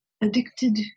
addicted